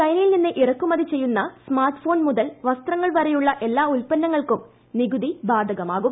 ചൈനയിൽ നിന്ന് ഇറക്കുമതി ചെയ്യുന്ന സ്മാർട്ട് ഫോൺ മുതൽ വസ്ത്രങ്ങൾ വരെയുള്ള എല്ലാ ഉൽപ്പന്നങ്ങൾക്കും നികുതി ബാധകമാകും